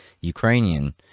ukrainian